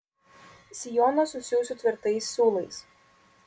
sijoną susiųsiu tvirtais siūlais